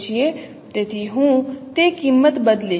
તેથી હું તે કિંમત બદલીશ